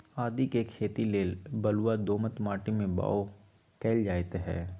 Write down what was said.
आदीके खेती लेल बलूआ दोमट माटी में बाओ कएल जाइत हई